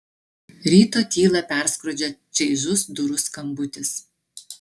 ryto tylą perskrodžia čaižus durų skambutis